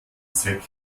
zweck